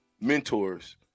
mentors